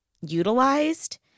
utilized